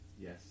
Yes